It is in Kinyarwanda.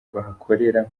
bahakorera